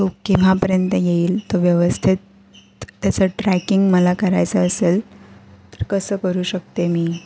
तो केव्हापर्यंत येईल तो व्यवस्थित त्याचं ट्रॅकिंग मला करायचं असेल तर कसं करू शकते मी